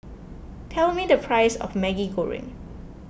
tell me the price of Maggi Goreng